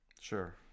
Sure